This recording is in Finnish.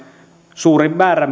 suurin määrä